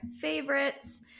favorites